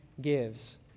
gives